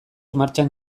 martxan